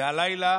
והלילה